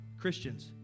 Christians